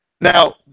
Now